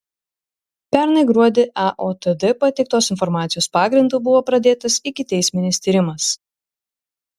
pernai gruodį aotd pateiktos informacijos pagrindu buvo pradėtas ikiteisminis tyrimas